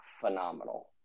phenomenal